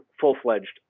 full-fledged